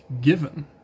given